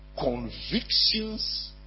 convictions